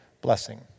blessing